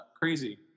crazy